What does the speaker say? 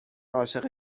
عاشق